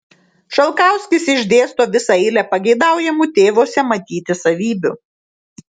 šalkauskis išdėsto visą eilę pageidaujamų tėvuose matyti savybių